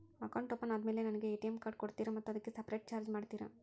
Account open ಆದಮೇಲೆ ನನಗೆ ATM card ಕೊಡ್ತೇರಾ ಮತ್ತು ಅದಕ್ಕೆ ಸಪರೇಟ್ ಚಾರ್ಜ್ ಮಾಡ್ತೇರಾ?